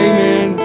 Amen